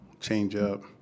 changeup